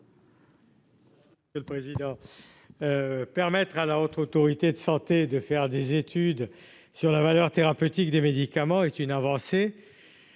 Roche. Le président : permettre à la Haute autorité de santé, de faire des études sur la valeur thérapeutique, des médicaments et c'est une avancée